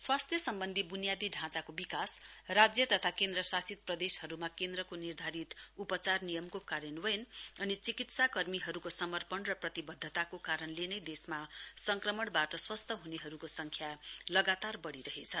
स्वास्थ्य सम्बन्धी ब्नियादी ढाँचाको विकास राज्य तथा केन्द्रशासित प्रदेशहरूमा केन्द्रको निर्धारित उपचार नियमको कार्यान्वयन चिकित्साकर्मीहरूको समर्पण र प्रतिबद्धताको कारणले नै देशमा संक्रमणबाट स्वस्थ हनेहरूको संख्या लगातार बढिरहेछ